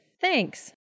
Thanks